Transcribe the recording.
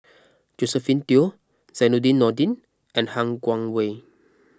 Josephine Teo Zainudin Nordin and Han Guangwei